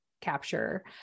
capture